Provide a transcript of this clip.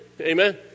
Amen